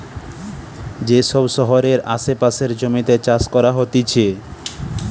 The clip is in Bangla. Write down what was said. যে সব শহরের আসে পাশের জমিতে চাষ করা হতিছে